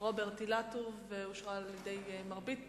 רוברט אילטוב ואושרה על-ידי מרבית